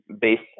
based